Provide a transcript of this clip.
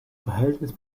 verhältnis